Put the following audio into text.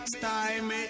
time